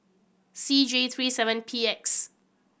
C J three seven P X